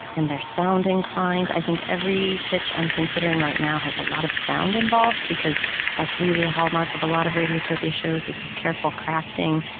and they're sound inclined. i think every pitch i'm considering right now has a lot of sound involved because that's really a hallmark of a lot of radiotopia shows is this careful crafting.